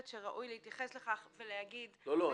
שראוי להתייחס לכך ולהגיד בצורה- -- לא,